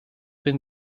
been